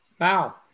Wow